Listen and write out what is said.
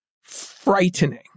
Frightening